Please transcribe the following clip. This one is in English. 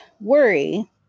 worry